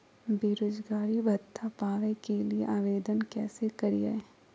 बेरोजगारी भत्ता पावे के लिए आवेदन कैसे करियय?